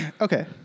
Okay